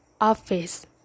Office